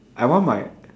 I want my